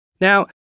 Now